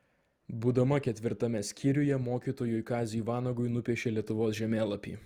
būdama ketvirtame skyriuje mokytojui kaziui vanagui nupiešė lietuvos žemėlapį